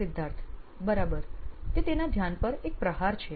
સિદ્ધાર્થ બરાબર તે તેના ધ્યાન પર પણ એક પ્રહાર છે